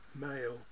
male